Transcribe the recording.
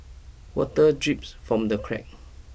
water drips from the crack